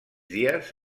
dies